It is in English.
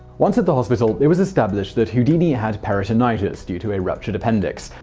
once at the hospital, it was established that houdini had peritonitis due to a ruptured appendix.